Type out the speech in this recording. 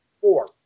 Four